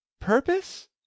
purpose